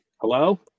Hello